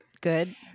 Good